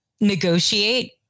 negotiate